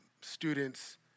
students